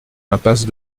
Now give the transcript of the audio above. impasse